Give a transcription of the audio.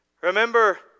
Remember